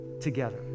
together